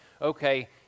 okay